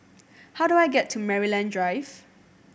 how do I get to Maryland Drive